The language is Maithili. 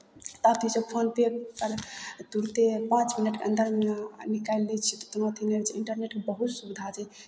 ताकि जब फोन पे तुरन्ते पाँच मिनटके अन्दर निकालि दै छै तुरन्ते दै छै इंटरनेटके बहुत सुविधा छै